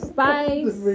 Spice